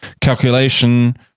calculation